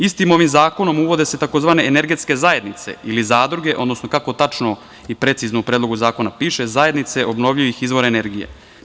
Istim ovim zakonom uvode se tzv. energetske zajednice ili zadruge, odnosno kako tačno i precizno u Predlogu zakona piše zajednice obnovljivih izvora energije.